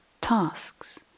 tasks